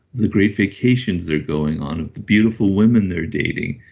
the great vacations they're going on, ah the beautiful women they're dating,